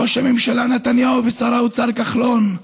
ראש הממשלה נתניהו ושר האוצר כחלון,